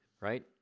right